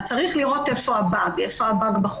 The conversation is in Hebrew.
אז צריך לראות איפה הבאג בחוק,